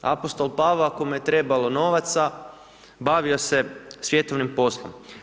Apostol Pavao ako mu je trebalo novaca, bavio se svjetovnim poslom.